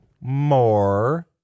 more